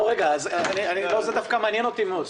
זה מעניין אותי מאוד.